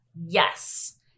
Yes